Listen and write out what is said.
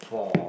for